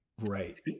right